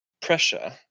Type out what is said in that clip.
pressure